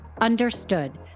understood